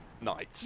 night